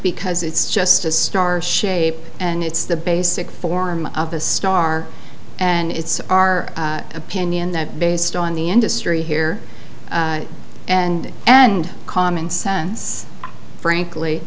because it's just a star shape and it's the basic form of a star and it's our opinion that based on the industry here and and commonsense frankly